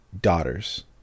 daughters